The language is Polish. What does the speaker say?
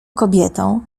kobietą